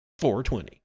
420